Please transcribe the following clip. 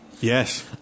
Yes